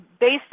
based